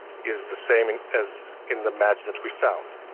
is the same as in the match that we found.